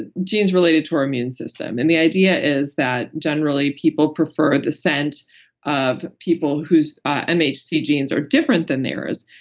and genes related to our immune system. and the idea is that generally people prefer the scent of people whose mhc genes are different than theirs.